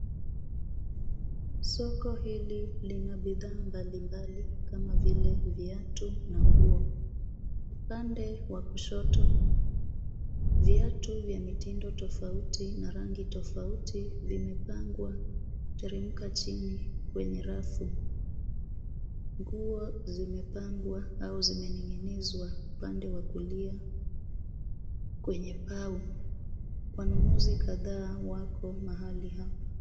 Soko hili lina bidhaa mbalimbali kama vile viatu na nguo. Upande wa kushoto viatu vya mitindo tofauti na rangi tofauti vimepangwa kuteremka chini kwenye rafu. Nguo zimepangwa au zimeninginizwa upande wa kulia kwenye pau. Wanunuzi kadhaa wako mahali hapa.